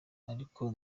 ariko